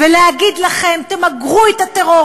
אני רוצה לעמוד פה היום ולהגיד לכם: תמגרו את הטרור,